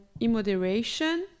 immoderation